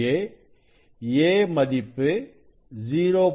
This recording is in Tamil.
இங்கே a மதிப்பு 0